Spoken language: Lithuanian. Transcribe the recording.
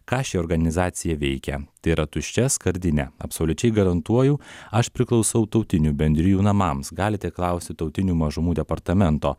ką ši organizacija veikia tai yra tuščia skardinė absoliučiai garantuoju aš priklausau tautinių bendrijų namams galite klausti tautinių mažumų departamento